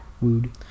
Wooed